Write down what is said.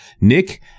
nick